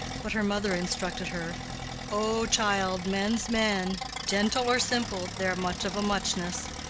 but her mother instructed her oh, child, men's men gentle or simple, they're much of a muchness.